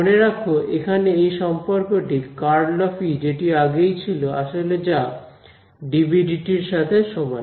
মনে রাখো এখানে এই সম্পর্কটি ∇× E যেটি আগেই ছিল আসলে যা dBdt এর সাথে সমান